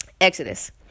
Exodus